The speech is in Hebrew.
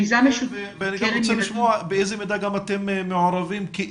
אני רוצה לשמוע באיזו מידה אתם כאיגוד